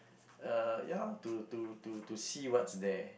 uh ya to to to to see what's there